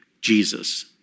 Jesus